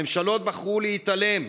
הממשלות בחרו להתעלם,